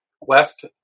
west